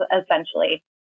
essentially